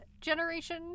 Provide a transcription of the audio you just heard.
generation